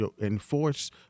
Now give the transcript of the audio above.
enforce